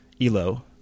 Elo